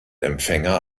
empfänger